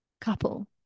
couple